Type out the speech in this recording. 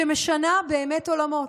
שמשנה באמת עולמות?